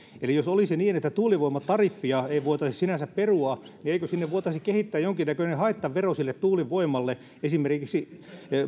eli jos olisi niin että tuulivoimatariffia ei voitaisi sinänsä perua eikö voitaisi kehittää jonkinnäköinen haittavero sille tuulivoimalle esimerkiksi